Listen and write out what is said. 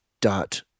dot